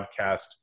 podcast